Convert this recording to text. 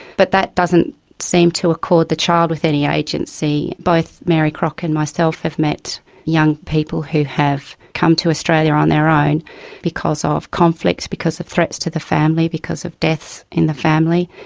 but that doesn't seem to accord the child with any agency. both mary crock and myself have met young people who have come to australia on their own because ah of conflicts, because of threats to the family, because of deaths in the family,